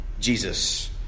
Jesus